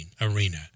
Arena